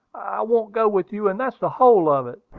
i won't go with you and that's the whole of it,